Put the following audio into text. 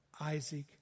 Isaac